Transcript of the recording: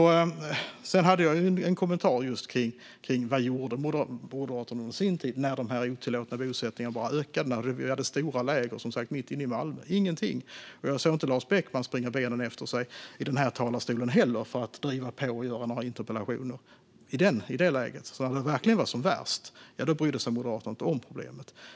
Sedan hade jag en kommentar kring vad Moderaterna gjorde under sin tid, när de otillåtna bosättningarna bara ökade och vi som sagt hade stora läger mitt inne i Malmö - ingenting. Jag såg inte heller Lars Beckman springa benen av sig upp i den här talarstolen för att driva på och ställa interpellationer i det läget. När det verkligen var som värst brydde sig Moderaterna inte om problemet.